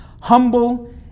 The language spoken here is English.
humble